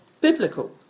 biblical